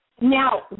Now